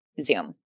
Zoom